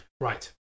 Right